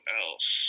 else